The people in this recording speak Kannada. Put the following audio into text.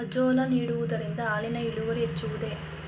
ಅಜೋಲಾ ನೀಡುವುದರಿಂದ ಹಾಲಿನ ಇಳುವರಿ ಹೆಚ್ಚುವುದೇ?